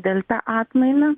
delta atmainą